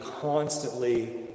constantly